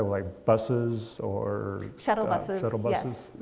like buses or. shuttle buses. shuttle buses.